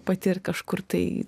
patirt kažkur tai